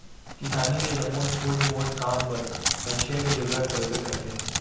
किसानी के जम्मो छोट मोट काम बर हँसिया के जरूरत परबे करथे